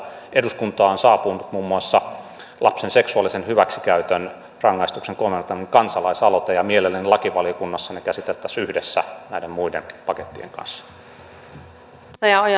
eduskuntaan on saapunut muun muassa lapsen seksuaalisen hyväksikäytön rangaistuksen koventamisesta kansalaisaloite ja mielellään se lakiasiainvaliokunnassa käsiteltäisiin yhdessä näiden muiden pakettien kanssa